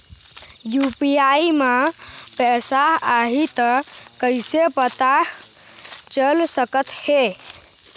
UPI म पैसा आही त कइसे पता चल सकत हे?